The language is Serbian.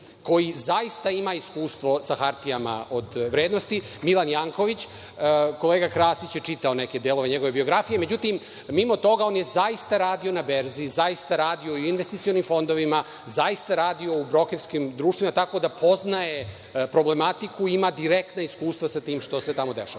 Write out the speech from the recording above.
koji zaista ima iskustvo sa hartijama od vrednosti, Milan Janković. Kolega Krasić je čitao neke delove njegove biografije. Međutim, mimo toga, on je zaista radio na berzi, zaista radio i u investicionim fondovima, zaista radio u brokerskim društvima, tako da poznaje problematiku i ima direktna iskustva sa tim što se tamo dešava. Mi